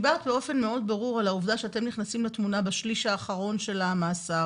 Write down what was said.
באופן מאוד ברור על העובדה שאתם נכנסים לתמונה בשליש האחרון של המאסר.